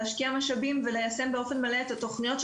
להשקיע משאבים וליישם באופן מלא את התוכניות,